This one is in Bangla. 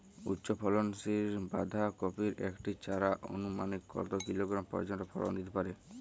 উচ্চ ফলনশীল বাঁধাকপির একটি চারা আনুমানিক কত কিলোগ্রাম পর্যন্ত ফলন দিতে পারে?